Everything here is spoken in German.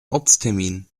ortstermin